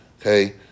Okay